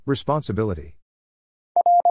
Responsibility